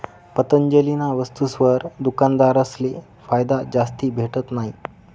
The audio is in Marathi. पतंजलीना वस्तुसवर दुकानदारसले फायदा जास्ती भेटत नयी